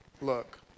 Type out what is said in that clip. Look